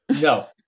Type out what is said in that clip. No